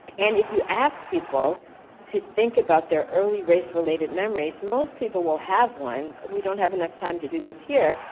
and if you ask people to think about their early race related memories, most people will have one. we don't have enough time to do this here.